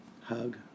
hug